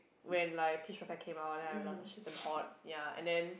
when like Pitch Perfect came out then I realise she's damn hot ya and then